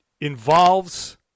involves